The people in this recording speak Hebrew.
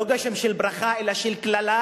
לא גשם של ברכה אלא של קללה,